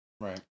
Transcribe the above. Right